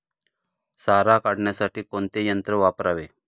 सारा काढण्यासाठी कोणते यंत्र वापरावे?